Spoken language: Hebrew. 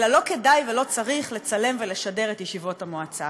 אלא לא כדאי ולא צריך לצלם ולשדר את ישיבות המועצה.